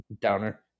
downer